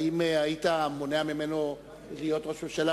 האם היית מונע ממנו להיות ראש ממשלה?